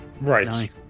Right